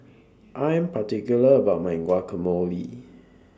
I Am particular about My Guacamole